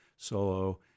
solo